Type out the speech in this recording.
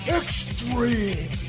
extreme